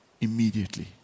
immediately